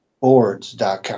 boards.com